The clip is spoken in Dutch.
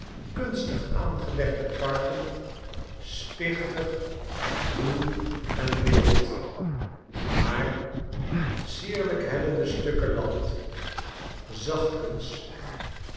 kunstig aangelegde parken spichtig ruw en wild maar sierlijk hellende stukken land